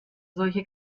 solche